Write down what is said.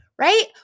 Right